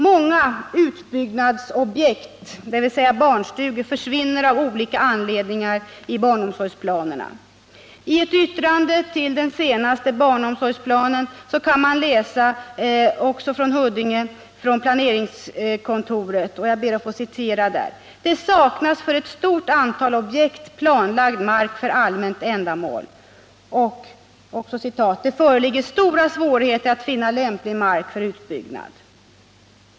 Många utbyggnadsobjekt, dvs. barnstugor, försvinner av olika anledningar i barnomsorgsplanerna. I ett yttrande från planeringskontoret i Huddinge till den senaste barnomsorgsplanen kan man läsa: ”——— det saknas för ett stort antal objekt planlagd mark för allmänt ändamål” och ”——-— det föreligger stora svårigheter att finna lämplig mark för utbyggnad”.